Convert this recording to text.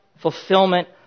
fulfillment